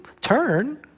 turn